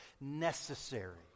necessary